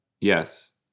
yes